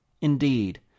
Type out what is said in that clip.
Indeed